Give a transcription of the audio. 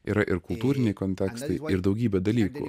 yra ir kultūriniai kontekstai ir daugybė dalykų